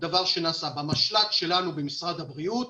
במשל"ט שלנו במשרד הבריאות